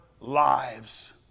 lives